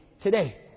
Today